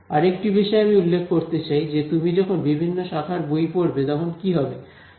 আরেকটি বিষয় আমি উল্লেখ করতে চাই যে তুমি যখন বিভিন্ন শাখার বই পড়বে তখন কি হবে